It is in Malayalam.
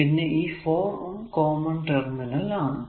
പിന്നെ ഈ 4 ഉം ഒരു കോമൺ ടെർമിനൽ ആണ്